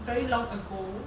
very long ago